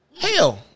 Hell